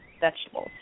vegetables